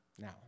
Now